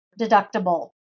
deductible